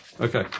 Okay